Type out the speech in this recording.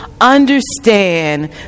understand